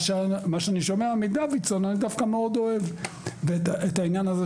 אני דווקא מאוד אוהב את מה שאני שומע